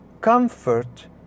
comfort